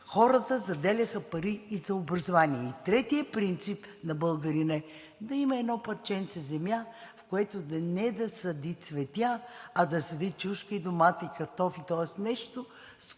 хората заделяха пари и за образование. И третият принцип на българина е да има едно парченце земя, в което не да сади цветя, а да сади чушки, домати и картофи, тоест нещо, с което